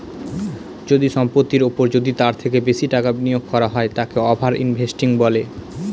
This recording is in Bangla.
যদি সম্পত্তির ওপর যদি তার থেকে বেশি টাকা বিনিয়োগ করা হয় তাকে ওভার ইনভেস্টিং বলে